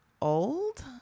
old